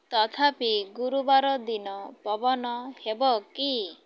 ତଥାପି ଗୁରୁବାର ଦିନ ପବନ ହେବ କି